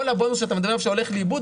כל הבונוס שאתה אומר שהולך לאיבוד,